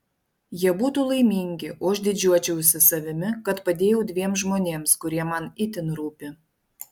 jie būtų laimingi o aš didžiuočiausi savimi kad padėjau dviem žmonėms kurie man itin rūpi